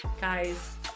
guys